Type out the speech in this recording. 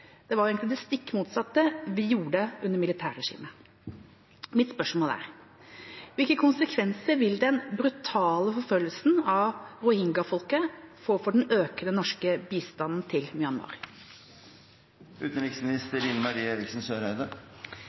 Det var egentlig det stikk motsatte vi gjorde under militærregimet. Mitt spørsmål er: Hvilke konsekvenser vil den brutale forfølgelsen av rohingya-folket få for den økende norske bistanden til